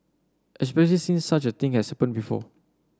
especial since such a thing has happened before